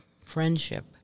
friendship